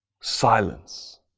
silence